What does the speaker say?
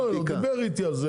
נכון, הוא דיבר איתי על זה.